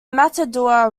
matador